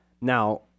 Now